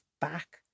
back